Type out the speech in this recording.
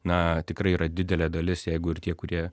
na tikrai yra didelė dalis jeigu ir tie kurie